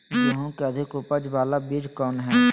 गेंहू की अधिक उपज बाला बीज कौन हैं?